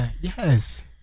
Yes